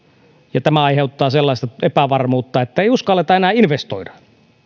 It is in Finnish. ja tämä aiheuttaa sellaista epävarmuutta että ei uskalleta enää investoida